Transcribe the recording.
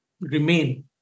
remain